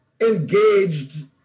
engaged